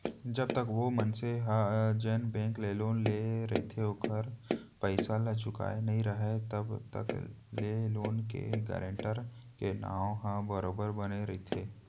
जब तक ओ मनसे ह जेन बेंक ले लोन लेय रहिथे ओखर पइसा ल चुकाय नइ राहय तब तक ले लोन के गारेंटर के नांव ह बरोबर बने रहिथे